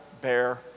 bear